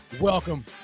welcome